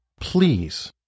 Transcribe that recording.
please